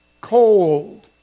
cold